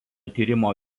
tyrimo